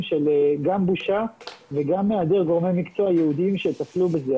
גם של בושה וגם היעדר גורמי מקצוע ייעודיים שיטפלו בזה.